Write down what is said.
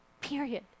Period